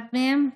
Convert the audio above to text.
אחד מהם,